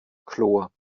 chlor